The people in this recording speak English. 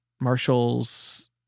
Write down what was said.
Marshall's